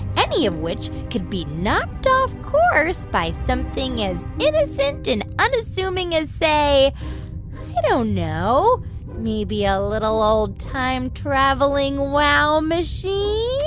any of which could be knocked off course by something as innocent and unassuming as, say i don't know maybe a little, old, time-traveling wow machine